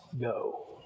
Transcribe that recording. go